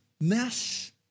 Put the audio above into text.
mess